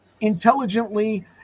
intelligently